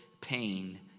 pain